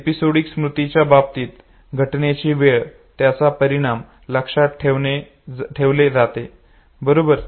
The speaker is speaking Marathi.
एपिसोडिक स्मृतीच्या बाबतीत घटनेची वेळ त्याचा परिणाम हे लक्षात ठेवले जाते बरोबर